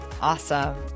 awesome